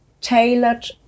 tailored